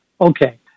Okay